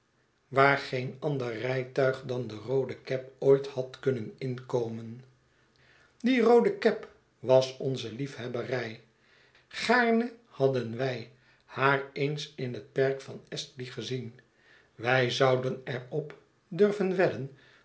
waar geen ander rijtuig dan de roode cab ooit had kunnen inkomen die roode cab was onze liefhebberij gaarne hadden wij haar eens in het perk van astley gezien wij zouden er op durven wedden